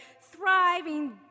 thriving